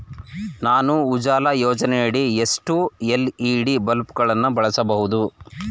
ನಾನು ಉಜಾಲ ಯೋಜನೆಯಡಿ ಎಷ್ಟು ಎಲ್.ಇ.ಡಿ ಬಲ್ಬ್ ಗಳನ್ನು ಬಳಸಬಹುದು?